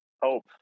hope